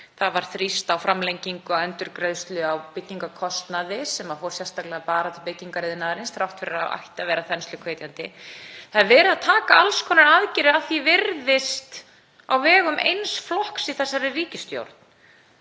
Það var þrýst á framlengingu á endurgreiðslu á byggingarkostnaði, sem fór sérstaklega til byggingariðnaðarins, þrátt fyrir að það ætti að teljast þensluhvetjandi. Það er verið að taka ákvarðanir um alls konar aðgerðir að því virðist á vegum eins flokks í þessari ríkisstjórn.